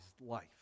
life